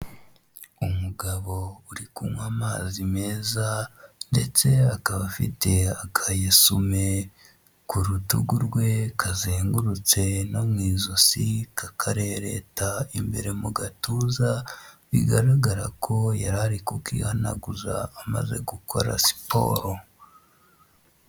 Umugabo uri kunywa amazi meza ndetse akaba afite akayesume ku rutugu rwe kazengurutse no mu ijosi kakarereta imbere mu gatuza bigaragara ko yarari kukihanaguza amaze gukora siporo.